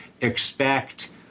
expect